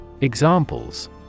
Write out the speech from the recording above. Examples